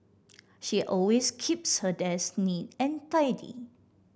she always keeps her desk neat and tidy